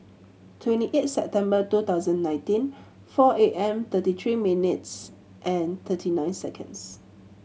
twenty eight September two thousand nineteen four A M thirty tree minutes and thirty nine seconds